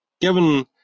given